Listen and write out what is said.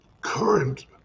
current